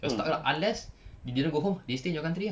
kau stuck lah unless they didn't go home they stay in your country ah